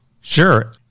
sure